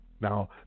now